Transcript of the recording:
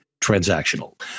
transactional